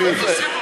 באמת, תוסיף לו.